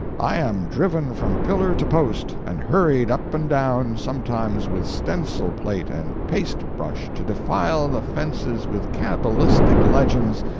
i am driven from pillar to post and hurried up and down, sometimes with stencil-plate and paste-brush to defile the fences with cabalistic legends,